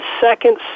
second